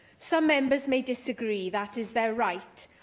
some members may disagree. that is their right,